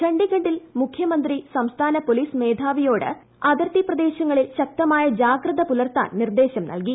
ഛണ്ഡിഗഢിൽ മുഖ്യമന്ത്രി സംസ്ഥാന പൊലീസ് മേധാവിയോട് അതിർത്തി പ്രദേശങ്ങളിൽ ശക്തമായ ജാഗ്രത പുലർത്താൻ നിർദ്ദേശം നൽകി